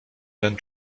ten